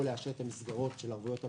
לאשר את המסגרות של ערבויות המדינה.